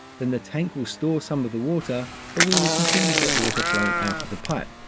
then the tank will store some of the water but we will continue to get water flowing out of the pipe.